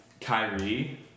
Kyrie